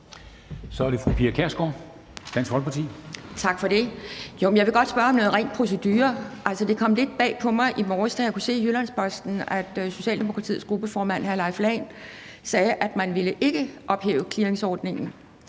Så er det fru Pia Kjærsgaard. Kl. 13:21 Pia Kjærsgaard (DF): Jeg vil godt spørge om noget rent proceduremæssigt. Det kom lidt bag på mig i morges, da jeg kunne se i Jyllands-Posten, at Socialdemokratiets gruppeformand, hr. Leif Lahn Jensen, sagde, at man ikke ville ophæve clearingsordningen.